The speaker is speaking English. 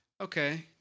okay